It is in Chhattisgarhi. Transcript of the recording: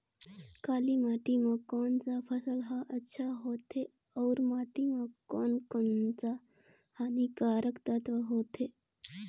काली माटी मां कोन सा फसल ह अच्छा होथे अउर माटी म कोन कोन स हानिकारक तत्व होथे?